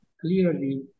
clearly